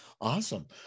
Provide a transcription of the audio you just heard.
awesome